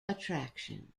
attraction